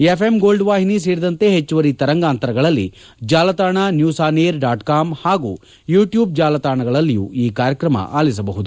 FM gold ವಾಹಿನಿ ಸೇರಿದಂತೆ ಹೆಚ್ಚುವರಿ ತರಂಗಾಂತರದಲ್ಲಿ ಜಾಲತಾಣ news on air dot com ಹಾಗೂ ಯುಟ್ಲೂಬ್ ಚಾನಲ್ಗಳಲ್ಲಿಯೂ ಈ ಕಾರ್ಯಕ್ರಮ ಆಲಿಸಬಹುದು